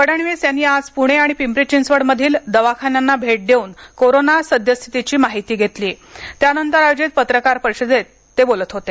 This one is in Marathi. फडणवीस यांनी आज पणे आणि पिंपरी चिंचवड दवाखान्यांना भेट देऊन कोरोना सद्यस्थितीची माहिती घेतली त्यानंतर पुण्यात आयोजित पत्रकार परिषदेत ते बोलत होते